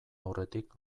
aurretik